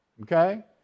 okay